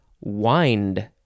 wind